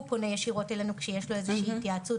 הוא פונה ישירות אלינו כשיש לו איזו שהיא התייעצות